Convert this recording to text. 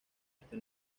este